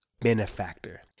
Benefactor